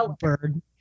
bird